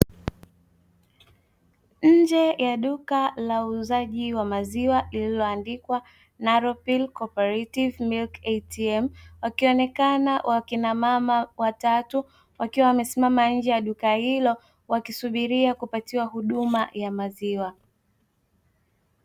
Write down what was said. Nje ya duka la uuzaji wa maziwa iliyoandikwa "narofili koporetive milki ATM", wakionekana wakina mama watatu wakiwa wamesimama nje ya duka hilo wakisubiria kupatiwa huduma ya maziwa.